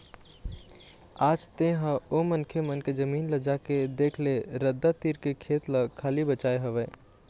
आज तेंहा ओ मनखे मन के जमीन ल जाके देख ले रद्दा तीर के खेत ल खाली बचाय हवय